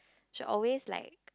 she always like